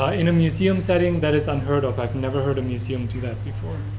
ah in a museum setting, that is unheard of. have never heard a museum do that before.